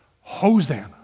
Hosanna